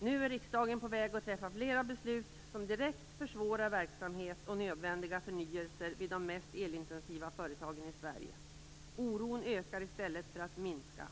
Nu är riksdagen på väg att fatta fler beslut som direkt försvårar verksamhet och nödvändig förnyelse vid de mest elintensiva företagen i Sverige. Oron ökar i stället för att minska.